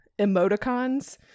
emoticons